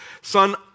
Son